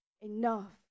enough